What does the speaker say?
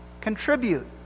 contribute